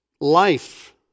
life